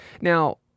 Now